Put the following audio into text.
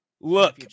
look